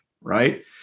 right